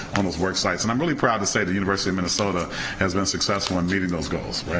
on those work sites. and i'm really proud to say the university of minnesota has been successful in meeting those goals.